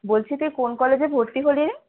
বলছি তুই কোন কলেজে ভর্তি হলি রে